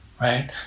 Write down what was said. right